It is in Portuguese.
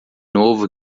novo